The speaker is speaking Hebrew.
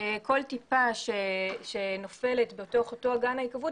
כל טיפה שנופלת בתוך אותו אגן היקוות,